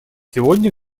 сегодня